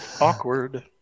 Awkward